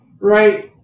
right